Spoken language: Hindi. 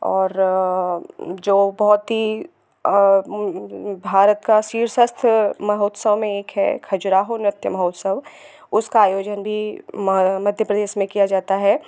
और जो बहुत ही भारत का शीर्षस्थ महोत्सव में एक है खजुराहो नृत्य महोत्सव उसका आयोजन भी म मध्य प्रदेश में किया जाता है